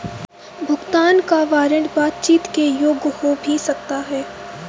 भुगतान का वारंट बातचीत के योग्य हो भी सकता है